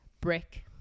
brick